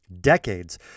decades